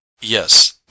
Yes